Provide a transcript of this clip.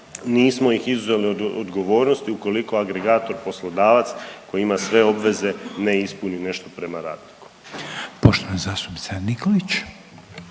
nismo ih izuzeli od odgovornosti ukoliko agregator poslodavac koji ima sve obveze ne ispuni nešto prema radniku. **Reiner, Željko